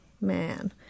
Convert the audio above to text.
man